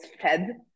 fed